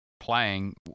playing